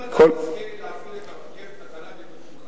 אם אתה תזכה להפעיל את הרכבת הקלה בתקופתך,